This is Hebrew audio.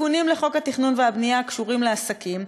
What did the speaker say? תיקונים לחוק התכנון והבנייה הקשורים לעסקים,